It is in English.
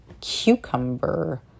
cucumber